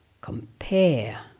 compare